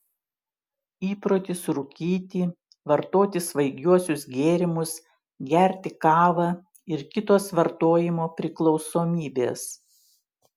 įprotis rūkyti vartoti svaigiuosius gėrimus gerti kavą ir kitos vartojimo priklausomybės